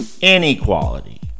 inequality